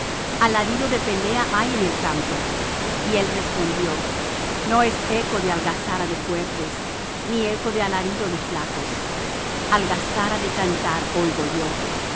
alarido de pelea hay en el campo y él respondió no es eco de algazara de fuertes ni eco de alaridos de flacos algazara de cantar oigo yo y